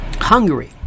Hungary